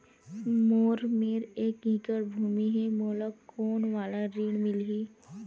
मोर मेर एक एकड़ भुमि हे मोला कोन वाला ऋण मिलही?